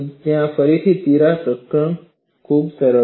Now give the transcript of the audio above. ત્યાં ફરીથી તિરાડ પ્રસરણ ખૂબ સરળ છે